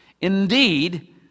Indeed